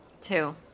Two